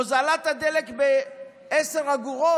הוזלת הדלק בעשר אגורות.